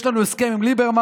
יש לנו הסכם עם ליברמן,